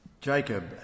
Jacob